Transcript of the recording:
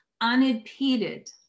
unimpeded